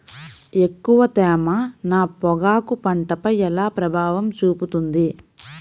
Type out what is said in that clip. ఎక్కువ తేమ నా పొగాకు పంటపై ఎలా ప్రభావం చూపుతుంది?